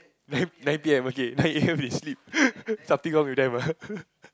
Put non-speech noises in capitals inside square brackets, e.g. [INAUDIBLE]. nine [LAUGHS] nine p_m okay nine a_m we sleep [LAUGHS] something wrong with them ah [LAUGHS]